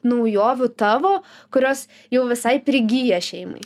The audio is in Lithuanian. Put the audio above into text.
naujovių tavo kurios jau visai prigyja šeimai